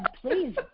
Please